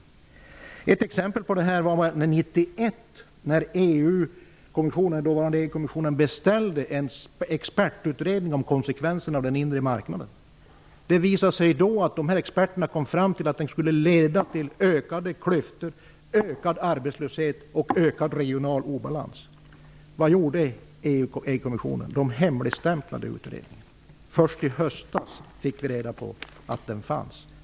Ett exempel på detta är när EU-kommissionen år 1991 beställde en expertutredning om konsekvenserna av den inre marknaden. Experterna kom fram till att den skulle leda till ökade klyftor, ökad arbetslöshet och ökad regional obalans. Vad gjorde EU-kommission då? Jo, den hemligstämplade utredningen. Först i höstas fick vi reda på att den fanns.